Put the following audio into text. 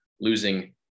losing